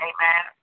Amen